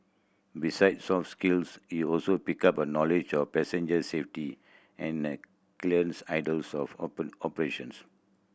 besides soft skills he also picked up knowledge of passenger safety and a clearer ideal of operations